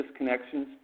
disconnections